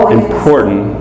important